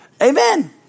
Amen